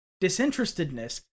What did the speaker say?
disinterestedness